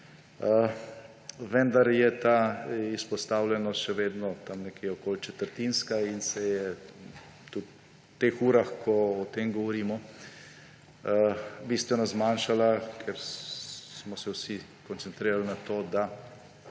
vendar je ta izpostavljenost še vedno tam nekje okoli četrtinska in se je tudi v teh urah, ko o tem govorimo, bistveno zmanjšala, ker smo se vsi koncentrirali na to, da